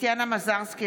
טטיאנה מזרסקי,